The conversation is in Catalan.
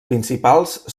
principals